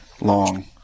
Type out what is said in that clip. Long